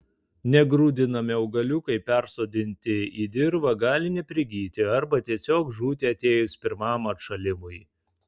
negrūdinami augaliukai persodinti į dirvą gali neprigyti arba tiesiog žūti atėjus pirmam atšalimui